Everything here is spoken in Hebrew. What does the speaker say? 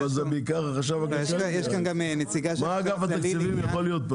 מה אגף התקציבים יכול להיות פה,